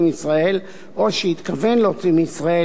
מישראל או שהתכוון להוציא מישראל,